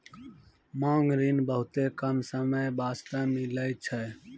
मांग ऋण बहुते कम समय बास्ते मिलै छै